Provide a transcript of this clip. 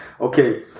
Okay